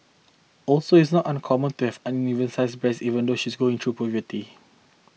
also it's not uncommon to have unevenly sized breasts even though she is going through puberty